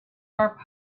are